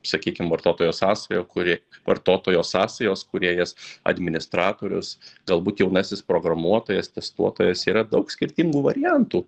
sakykim vartotojo sąsaja kuri vartotojo sąsajos kūrėjas administratorius galbūt jaunasis programuotojas testuotojas yra daug skirtingų variantų